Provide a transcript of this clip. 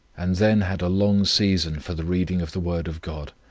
and then had a long season for the reading of the word of god.